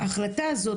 ההחלטה הזו,